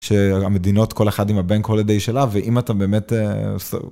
שהמדינות, כל אחד עם הבנק הולדיי אי שלה, ואם אתה באמת...